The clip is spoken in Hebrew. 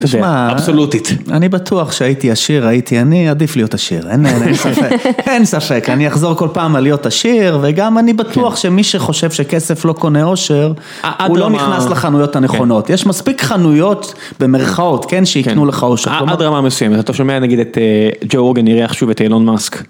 תשמע, אני בטוח שהייתי עשיר, הייתי עני, עדיף להיות עשיר, אין ספק, אין ספק, אני אחזור כל פעם על להיות עשיר וגם אני בטוח שמי שחושב שכסף לא קונה אושר, הוא לא נכנס לחנויות הנכונות, יש מספיק חנויות במרכאות, כן, שיקנו לך אושר. עד רמה מסוימת, אתה שומע נגיד את ג'ו רוגן, אירח שוב את אילון מאסק.